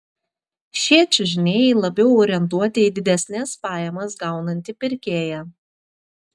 šie čiužiniai labiau orientuoti į didesnes pajamas gaunantį pirkėją